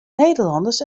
nederlanners